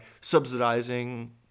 subsidizing